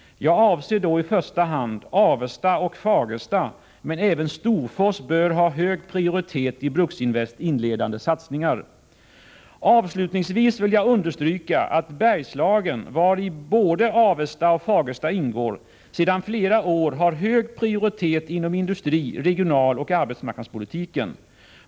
Jag avser då i första hand Avesta och Fagersta, men även Storfors bör ha hög prioritet i Bruksinvests inledande satsningar. Avslutningsvis vill jag understryka att Bergslagen, vari både Avesta och Fagersta ingår, sedan flera år har hög prioritet inom industri-, regionaloch arbetsmarknadspolitiken.